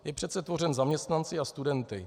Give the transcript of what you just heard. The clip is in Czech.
Je přece tvořen zaměstnanci a studenty.